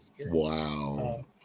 Wow